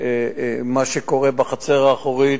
מה שקורה בחצר האחורית,